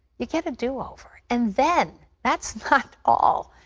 you get a do over. and then, that's not all.